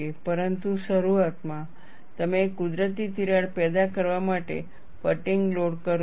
પરંતુ શરૂઆતમાં તમે કુદરતી તિરાડ પેદા કરવા માટે ફટીગ લોડ કરો છો